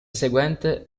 seguente